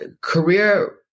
career